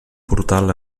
portal